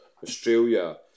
Australia